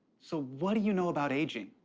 so, what do you know about aging?